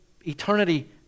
eternity